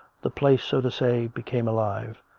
the place, so to say, became alive,